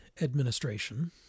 administration